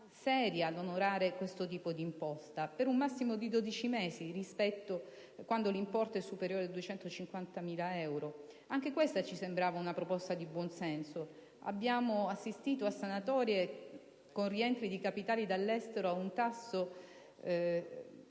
seria ad onorare questo tipo di imposta, per un massimo di dodici mesi quando l'importo è superiore ai 250.000 euro. Anche questa ci sembrava una proposta di buon senso: abbiamo assistito a sanatorie con rientri di capitali dall'estero ad un tasso veramente